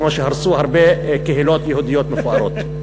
כמו שהרסו הרבה קהילות יהודיות מפוארות.